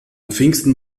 pfingsten